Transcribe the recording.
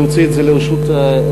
להוציא את זה לרשות כלשהי.